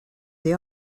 they